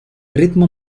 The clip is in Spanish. ritmo